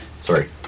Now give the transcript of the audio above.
Sorry